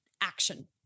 action